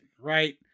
right